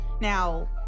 Now